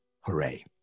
Hooray